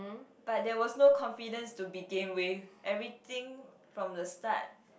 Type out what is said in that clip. but there was no confidence to begin with everything from the start